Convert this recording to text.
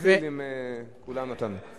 מילא שיקבל אקסטרה זמן,